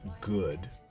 good